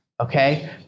okay